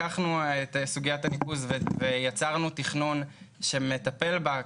לקחנו את סוגיית הניקוז ויצרנו תכנון שמטפל בה,